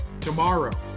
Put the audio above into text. tomorrow